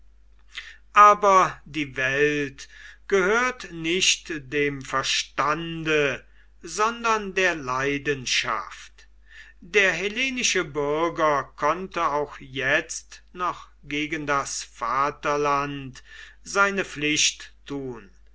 aber die welt gehört nicht dem verstande sondern der leidenschaft der hellenische bürger konnte auch jetzt noch gegen das vaterland seine pflicht tun